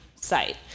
site